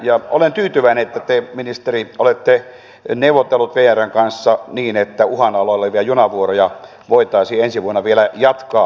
ja olen tyytyväinen että te ministeri olette neuvotellut vrn kanssa niin että uhan alla olevia junavuoroja voitaisiin ensi vuonna vielä jatkaa